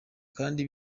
kandi